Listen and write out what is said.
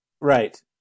right